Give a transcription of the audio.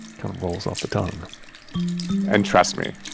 kind of rolls off the tongue and trust me,